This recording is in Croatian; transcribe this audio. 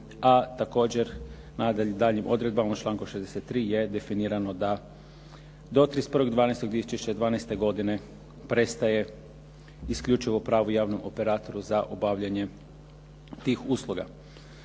a također na daljnjim odredbama u članku 63. je definirano da do 31.12.2012. godine prestaje isključivo pravo javnom operatoru za obavljanje tih usluga.